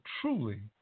truly